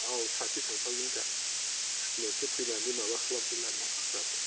औ सासे थांफागोन गार्द नोंसोर फैनानै माबा खालामफैब्लानो जाबाय